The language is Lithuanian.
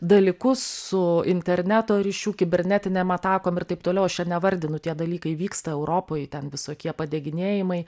dalykus su interneto ryšiu kibernetinėm atakom ir taip toliau aš čia nevardinu tie dalykai vyksta europoj ten visokie padeginėjimai